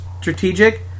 strategic